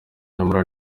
nyamara